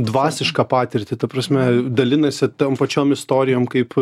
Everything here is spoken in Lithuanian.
dvasišką patirtį ta prasme dalinasi tom pačiom istorijom kaip